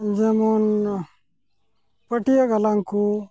ᱡᱮᱢᱚᱱ ᱯᱟᱹᱴᱭᱟᱹ ᱜᱟᱞᱟᱝ ᱠᱚ